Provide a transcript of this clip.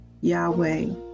Yahweh